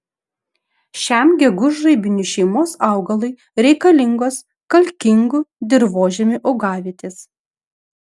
šiam gegužraibinių šeimos augalui reikalingos kalkingų dirvožemių augavietės